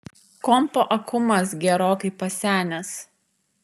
kompo akumas gerokai pasenęs